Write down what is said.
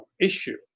issue